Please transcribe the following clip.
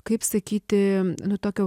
kaip sakyti nuo tokio